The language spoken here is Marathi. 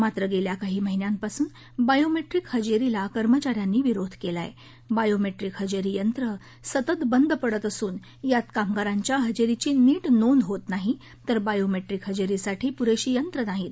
मात्र गस्तिा काही महिन्यांपासून बायोमट्रिक हजरीला कर्मचाऱ्यांनी विरोध कला आह वियोमट्रिक हजरीयंत्र सतत बंद पडत असून यात कामगारांच्या हजरीप्री नीट नोंद होत नाही तर बायोमद्रिक हजरीसाठी पुरधी यंत्रं नाहीत